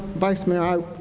vice mayor,